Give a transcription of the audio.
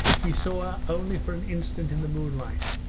he saw her only for an instant in the moonlight.